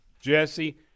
Jesse